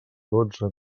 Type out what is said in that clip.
dotze